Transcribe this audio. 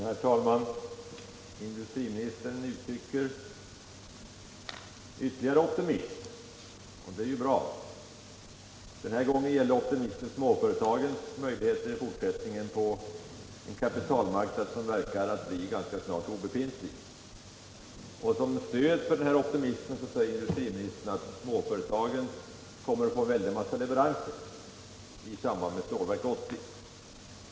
Herr talman! Industriministern uttrycker ytterligare optimism, och det är ju bra. Den här gången gäller optimismen småföretagens möjligheter i fortsättningen, på en kapitalmarknad som verkar att ganska snart bli obefintlig. Som stöd för sin optimism säger industriministern att småföretagen kommer att få göra en väldig mängd leveranser i samband med Stålverk 80.